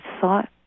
thought